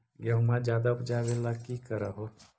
गेहुमा ज्यादा उपजाबे ला की कर हो?